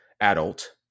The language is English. adult